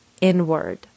inward